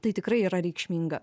tai tikrai yra reikšminga